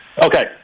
Okay